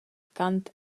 cant